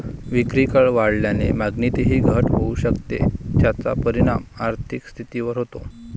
विक्रीकर वाढल्याने मागणीतही घट होऊ शकते, ज्याचा परिणाम आर्थिक स्थितीवर होतो